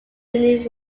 reunion